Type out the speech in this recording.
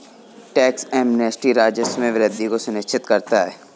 tax amnesty राजस्व में वृद्धि को सुनिश्चित करता है